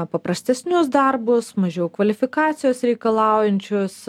paprastesnius darbus mažiau kvalifikacijos reikalaujančius